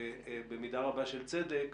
ובמידה רבה של צדק,